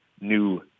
new